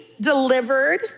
delivered